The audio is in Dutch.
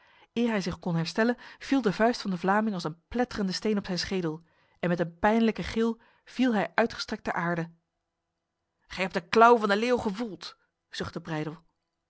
hij zich kon herstellen viel de vuist van de vlaming als een pletterende steen op zijn schedel en met een pijnlijke gil viel hij uitgestrekt ter aarde gij hebt de klauw van de leeuw gevoeld